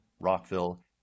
Rockville